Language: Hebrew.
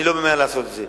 אני לא ממהר לעשות את זה.